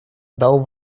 дал